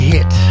Hit